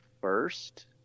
first